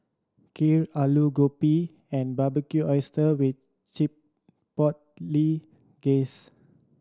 Kheer Alu Gobi and Barbecued Oysters with Chipotle Glaze